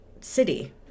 city